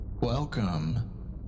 Welcome